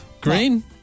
Green